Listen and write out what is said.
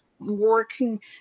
working